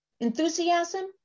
Enthusiasm